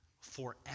forever